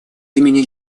имени